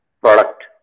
product